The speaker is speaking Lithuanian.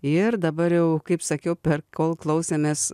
ir dabar jau kaip sakiau per kol klausėmės